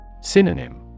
Synonym